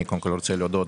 אני קודם כל רוצה להודות